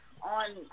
on